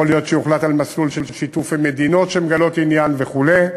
יכול להיות שיוחלט על מסלול של שיתוף עם מדינות שמגלות עניין וכו'.